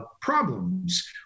problems